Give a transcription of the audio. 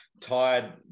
tired